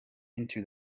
into